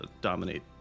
dominate